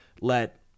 Let